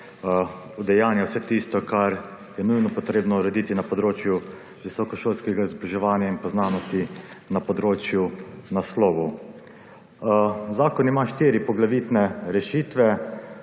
udejanja vse tisto kar je nujno potrebno urediti na področju visokošolskega izobraževanja in pa znanosti na področju naslovov. Zakon ima štiri poglavitne rešitve.